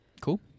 Cool